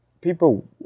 people